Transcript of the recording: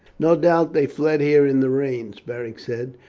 no doubt they fled here in the rains, beric said,